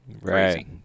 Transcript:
Right